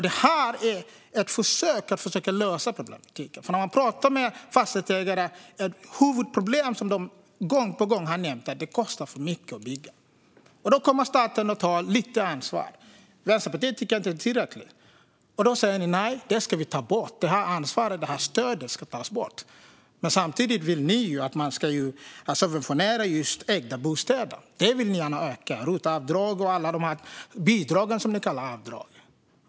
Detta är ett försök att lösa problemet. När man talar med fastighetsägare nämner de ett huvudproblem gång på gång, och det är att det kostar för mycket att bygga. Då kommer staten in och tar ett visst ansvar. Vänsterpartiet tycker inte att det är tillräckligt. Men ni säger att detta ansvar och stöd ska tas bort. Samtidigt vill ni att ägda bostäder ska subventioneras. Ni vill gärna öka ROT-avdrag och alla andra bidrag som ni kallar avdrag.